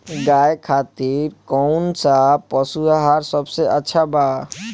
गाय खातिर कउन सा पशु आहार सबसे अच्छा बा?